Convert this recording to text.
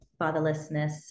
fatherlessness